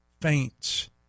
faints